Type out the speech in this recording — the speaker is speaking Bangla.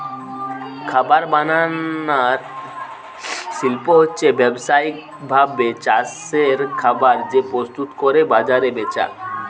খাবার বানানার শিল্প হচ্ছে ব্যাবসায়িক ভাবে চাষের খাবার কে প্রস্তুত কোরে বাজারে বেচা